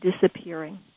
disappearing